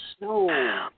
No